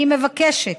אני מבקשת